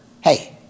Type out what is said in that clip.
Hey